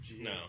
no